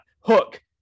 hook